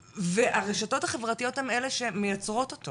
והרשתות החברתיות, הן אלה שמייצרות אותו